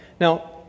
Now